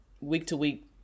week-to-week